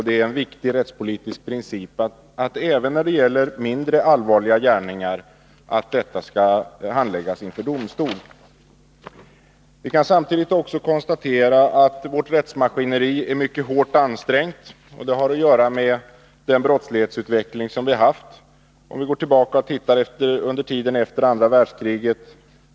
Det är en viktig rättspolitisk princip att även mindre allvarliga gärningar skall handläggas inför domstol. Vi kan samtidigt också konstatera att vårt rättsmaskineri är mycket hårt ansträngt. Det har att göra med brottslighetens utveckling under tiden efter Nr 49 andra världskriget.